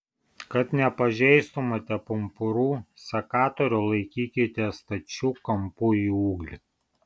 kad nepažeistumėte pumpurų sekatorių laikykite stačiu kampu į ūglį